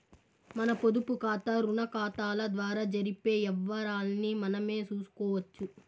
మన పొదుపుకాతా, రుణాకతాల ద్వారా జరిపే యవ్వారాల్ని మనమే సూసుకోవచ్చు